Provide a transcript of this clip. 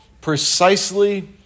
precisely